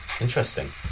Interesting